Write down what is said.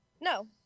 no